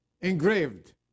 engraved